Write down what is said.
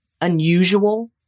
unusual